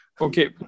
Okay